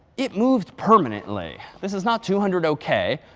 it moved permanently. this is not two hundred ok.